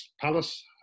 Palace